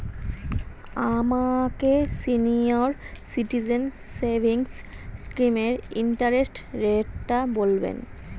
আমাকে senior citizen savings স্কিমের interest রেটটা বলবেন